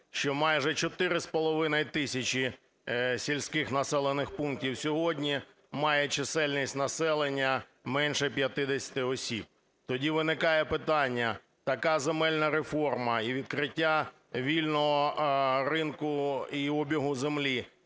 що майже 4,5 тисячі сільських населених пунктів сьогодні має чисельність населення менше 50 осіб. Тоді виникає питання: така земельна реформа і відкриття вільного ринку і обігу землі